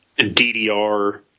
DDR